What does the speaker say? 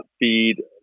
feed